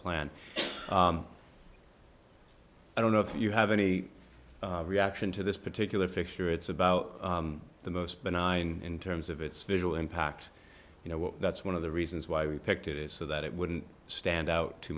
plant i don't know if you have any reaction to this particular fixture it's about the most benign in terms of its visual impact you know that's one of the reasons why we picked it is so that it wouldn't stand out too